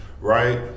right